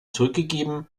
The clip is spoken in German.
zurückgegeben